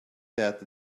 that